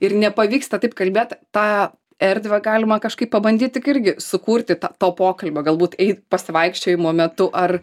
ir nepavyksta taip kalbėt tą erdvę galima kažkaip pabandyt tik irgi sukurti tą to pokalbio galbūt eit pasivaikščiojimo metu ar